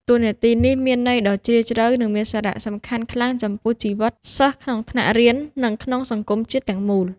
តួនាទីនេះមានន័យដ៏ជ្រាលជ្រៅ និងមានសារៈសំខាន់ខ្លាំងចំពោះជីវិតសិស្សក្នុងថ្នាក់រៀន និងក្នុងសង្គមជាតិទាំងមូល។